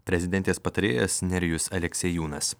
prezidentės patarėjas nerijus aleksiejūnas